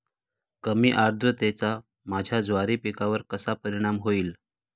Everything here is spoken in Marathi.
कमी आर्द्रतेचा माझ्या ज्वारी पिकावर कसा परिणाम होईल?